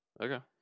Okay